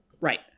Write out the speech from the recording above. Right